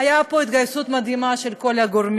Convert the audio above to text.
הייתה פה התגייסות מדהימה של כל הגורמים,